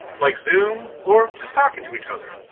like zoom or just talking to each other.